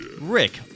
Rick